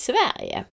Sverige